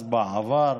אז, בעבר,